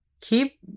keep